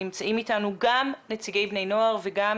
נמצאים איתנו גם נציגי בני נוער וגם